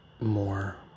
more